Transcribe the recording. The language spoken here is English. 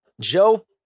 Joe